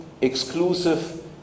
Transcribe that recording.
exclusive